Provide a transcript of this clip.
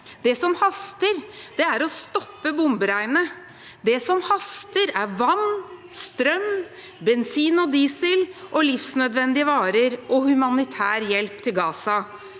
Det som haster, er å stoppe bomberegnet, det som haster, er vann, strøm, bensin og diesel, livsnødvendige varer og humanitær hjelp til Gaza.